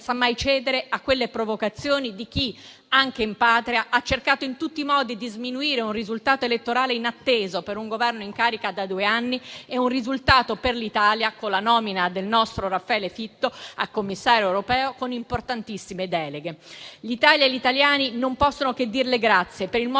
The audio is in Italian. senza mai cedere alle provocazioni di chi, anche in Patria, ha cercato in tutti i modi di sminuire un risultato elettorale inatteso per un Governo in carica da due anni e un risultato per l'Italia con la nomina del nostro Raffaele Fitto a Commissario europeo, con importantissime deleghe. L'Italia e gli italiani non possono che dirle grazie per il modo